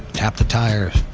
tap the tires,